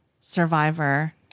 Survivor